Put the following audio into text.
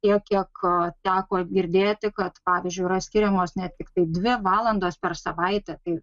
tiek kiek teko girdėti kad pavyzdžiui yra skiriamos ne tiktai dvi valandos per savaitę tai